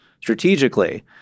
strategically